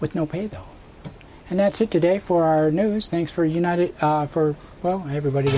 with no pay though and that's it today for our news thanks for united for well everybody